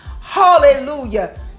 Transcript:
hallelujah